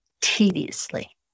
tediously